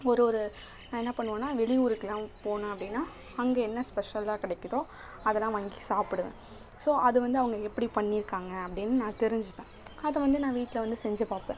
ஒரு ஒரு நான் என்ன பண்ணுவேன்னால் வெளியூருக்கெலாம் போனேன் அப்படின்னா அங்கே என்ன ஸ்பெஷலாக கிடைக்கிதோ அதெல்லாம் வாங்கி சாப்பிடுவேன் ஸோ அது வந்து அவங்க எப்படி பண்ணி இருக்காங்க அப்படின்னு நான் தெரிஞ்சுப்பேன் அதை வந்து நான் வீட்டில் வந்து செஞ்சுப்பாப்பேன்